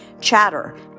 Chatter